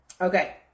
Okay